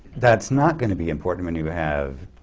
that's not gonna be important when you have